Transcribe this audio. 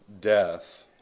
death